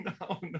no